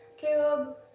caleb